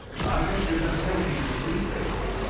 i guess you're going to take me to the police-station,